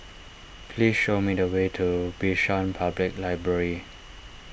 please show me the way to Bishan Public Library